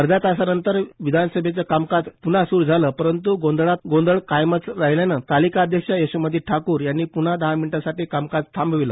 अध्या तासानंतर विधानसभेचं कामकाज प्न्हा स्रू झालं परंतू गोंधळ कायमच राहिल्यानं तालिकाध्यक्ष यशोमती ठाकूर यांनी प्न्हा दहा मिनिटासाठी कामकाज थांबविलं